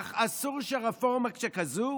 אך אסור שרפורמה שכזו